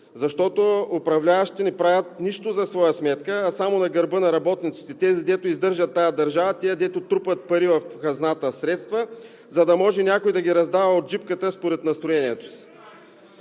защото управляващите не правят нищо за своя сметка, а само на гърба на работниците – тези, дето издържат тази държава, тези, дето трупат средства в хазната, за да може някой да ги раздава от джипката според настроението си.